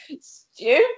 stupid